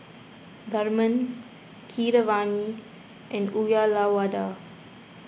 Tharman Keeravani and Uyyalawada